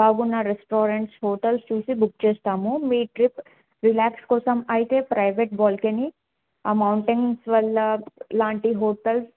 బాగున్న restaurants hotels చూసి book చేస్తాము మీ ట్రిప్ రిలాక్స్ కోసం అయితే ప్రైవేట్ బాల్కెనీ ఆ మౌంటెన్స్ వల్ల లాంటి హోటల్స్